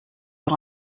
sur